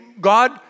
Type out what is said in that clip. God